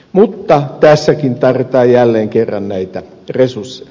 mutta tässäkin tarvitaan jälleen kerran näitä resursseja